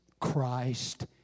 Christ